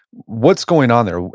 what's going on there?